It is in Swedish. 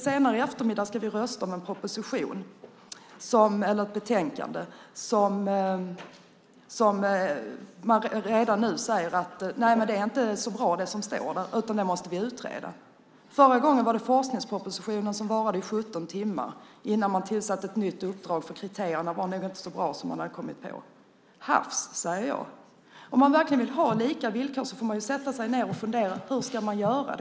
Senare i eftermiddag ska vi rösta om en proposition om vilken man redan nu säger: Det som står där är inte så bra, utan det måste vi utreda. Förra gången var det forskningspropositionen som bara gällde i 17 timmar innan man tillsatte en utredning med nytt uppdrag därför att kriterierna inte var så bra som man då hade kommit på. Hafs, säger jag. Om man verkligen vill ha lika villkor får man sätta sig ned och fundera hur man ska göra.